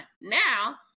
now